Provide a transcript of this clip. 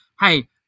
Hey